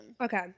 Okay